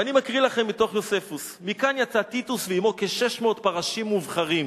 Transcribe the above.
ואני מקריא לכם מתוך יוספוס: "מכאן יצא טיטוס ועמו כ-600 פרשים מובחרים